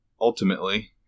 ultimately